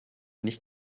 nicht